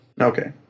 Okay